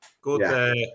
good